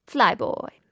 Flyboy